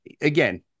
Again